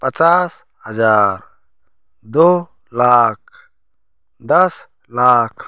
पचास हज़ार दो लाख दस लाख